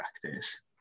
practice